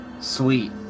Sweet